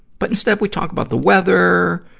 but instead, we talk about the weather,